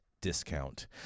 discount